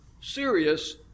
serious